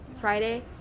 Friday